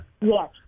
yes